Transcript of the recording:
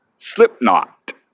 Slipknot